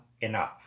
enough